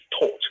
taught